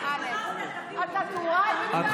תודה.